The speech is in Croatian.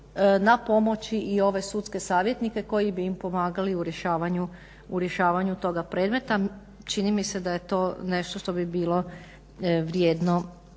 na pomoći i ove sudske savjetnike koji bi im pomagali u rješavanju toga predmeta. Čini mi se da je to nešto što bi bilo vrijedno